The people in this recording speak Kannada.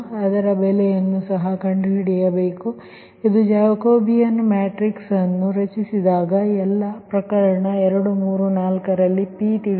ಅದರ ಬೆಲೆಯನ್ನು ಸಹ ಕಂಡುಹಿಡಿಯಬೇಕು ಇದಕ್ಕೆ ಜಾಕೋಬಿಯನ್ ಮ್ಯಾಟ್ರಿಕ್ಸ್ ಅನ್ನು ರಚಿಸಿದಾಗ ಎಲ್ಲ ಪ್ರಕರಣ 2 3 ಮತ್ತು 4 ರಲ್ಲಿ Pತಿಳಿದಿದ್ದು ಅಂದರೆ P2 P3 P4ಪುನರಾವರ್ತನೆಯಾಗಿ ಈ ಮಿಶ್ರ ಹೊಂದಾಣಿಕೆಯನ್ನು ಪರಿಶೀಲಿಸಬೇಕಾಗಿದೆ